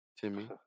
Timmy